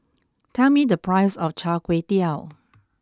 tell me the price of Char Kway Teow